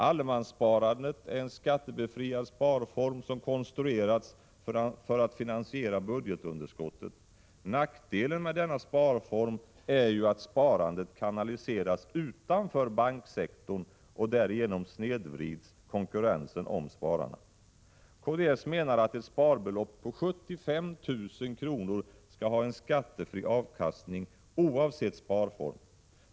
Allemanssparandet är en skattebefriad sparform som konstruerats för att finansiera budgetunderskottet. Nackdelen med denna sparform är ju att sparandet kanaliseras utanför banksektorn, och därigenom snedvrids konkurrensen om spararna. Kds menar att ett sparbelopp på 75 000 kr. skall ha en skattefri avkastning oavsett sparform.